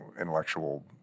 intellectual